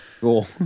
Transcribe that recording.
Cool